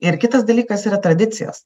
ir kitas dalykas yra tradicijos